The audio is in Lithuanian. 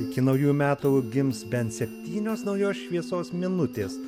iki naujųjų metų gims bent septynios naujos šviesos minutės